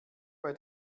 bei